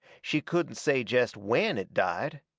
she couldn't say jest when it died.